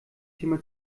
thema